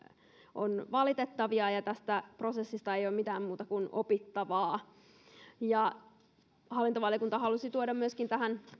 ovat valitettavia ja tästä prosessista ei ole mitään muuta kuin opittavaa hallintovaliokunta halusi tuoda tähän myöskin